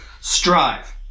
strive